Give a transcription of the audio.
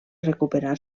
recuperar